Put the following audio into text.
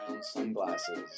sunglasses